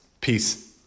Peace